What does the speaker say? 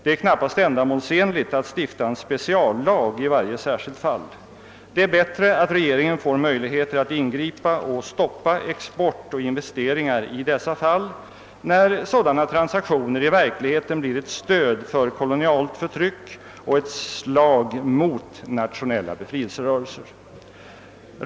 Det är knappast ändamålsenligt att stifta en speciallag i varje särskilt fall. Det är bättre att regeringen får möjligheter att ingripa och stoppa export och investeringar i dessa fall, när sådana transaktioner i verkligheten blir ett stöd för kolonialförtryck och ett slag mot nationella befrielserörelser.